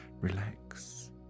relax